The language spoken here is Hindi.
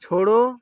छोड़ो